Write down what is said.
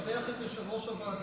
לשבח את יושב-ראש הוועדה.